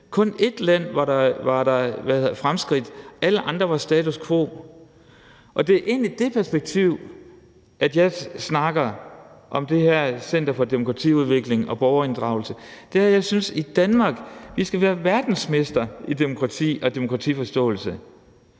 kun ét land var der fremskridt i, og alle andre var status quo. Det er egentlig med det perspektiv, at jeg snakker om det her center for demokratiudvikling og borgerinddragelse. Jeg synes, at vi i Danmark skal være verdensmestre i demokrati og demokratiforståelse.